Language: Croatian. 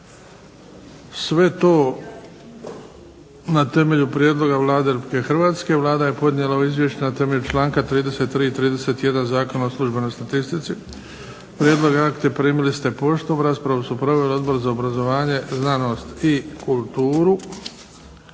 Sve to na temelju prijedloga Vlade RH. Vlada je podnijela ovo izvješće na temelju članka 33. i 31. Zakona o službenoj statistici. Prijedlog akta primili ste poštom. Raspravu su proveli Odbor za obrazovanje, znanost i kulturu